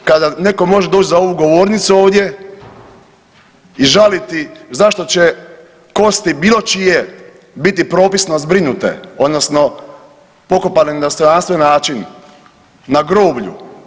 Kada netko može doći za ovu govornicu ovdje i žaliti zašto će kosti bilo čije biti propisno zbrinute odnosno pokopane na dostojanstven način, na groblju.